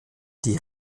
die